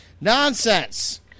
Nonsense